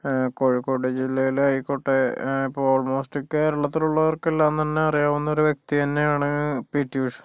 കോഴിക്കോട് ജില്ലയിൽ ആയിക്കോട്ടെ ഇപ്പോൾ ഓൾമോസ്റ്റ് കേരളത്തിലുള്ളവർക്കെല്ലാം തന്നെ അറിയാവുന്ന ഒരു വ്യക്തി തന്നെയാണ് പി ടി ഉഷ